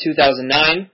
2009